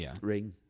ring